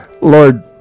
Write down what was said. Lord